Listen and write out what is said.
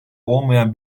olmayan